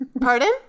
Pardon